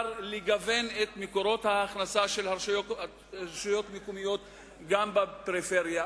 לגוון את מקורות ההכנסה של רשויות מקומיות גם בפריפריה,